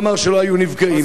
והוא אמר שלא היו נפגעים.